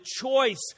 choice